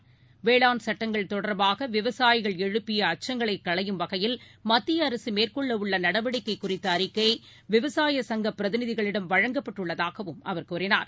சட்டங்கள் வேளாண் தொடர்பாகவிவசாயிகள் எழுப்பியஅச்சங்களைகளையும் வகையில் மத்தியஅரசுமேற்கொள்ளவுள்ளநடவடிக்கைகுறித்தஅறிக்கை விவசாயச் சங்கபிரதிநிதிகளிடம் வழங்கப்பட்டுள்ளதாகவும் அவர் கூறினார்